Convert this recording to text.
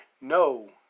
No